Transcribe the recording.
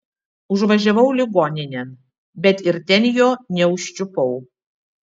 užvažiavau ligoninėn bet ir ten jo neužčiupau